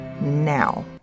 now